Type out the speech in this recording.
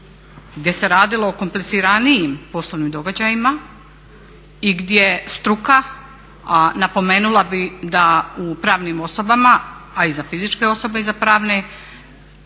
gdje se radilo o kompliciranijim poslovnim događajima i gdje struka, a napomenula bih da u pravnim osobama a i za fizičke osobe i za pravne,